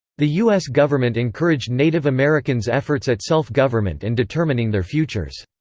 the u s. government encouraged native americans' efforts at self-government and determining their futures.